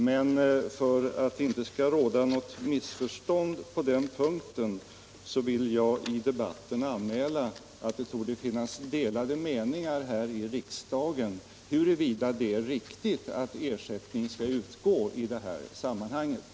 Men för att det inte skall råda något missförstånd på den punkten vill jag i debatten anmäla att det torde finnas delade meningar här i kammaren huruvida det är riktigt att ersättning skall utgå i det här sammanhanget.